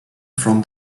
from